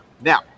Now